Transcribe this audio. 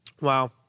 Wow